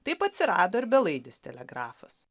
taip atsirado ir belaidis telegrafas